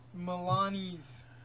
Milani's